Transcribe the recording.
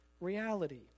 reality